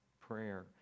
prayer